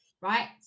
Right